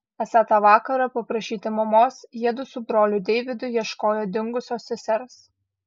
esą tą vakarą paprašyti mamos jiedu su broliu deividu ieškojo dingusios sesers